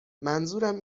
منظورم